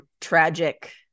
tragic